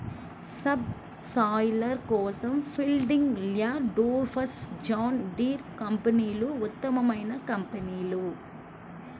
sub soiler కోసం Fieldking, Landforce, John Deere కంపెనీలు ఉత్తమమైన కంపెనీలు